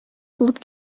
булып